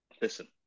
listen